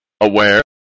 aware